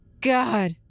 God